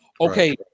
Okay